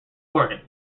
oregon